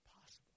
possible